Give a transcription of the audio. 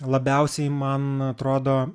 labiausiai man atrodo